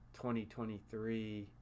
2023